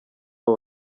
abo